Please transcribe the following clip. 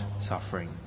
suffering